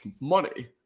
money